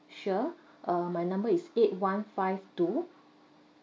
sure uh my number is eight one five two